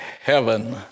heaven